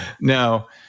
Now